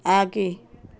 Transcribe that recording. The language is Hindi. आगे